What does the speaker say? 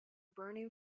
burning